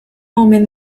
omen